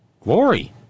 Glory